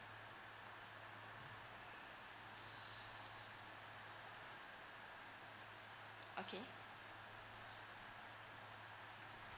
okay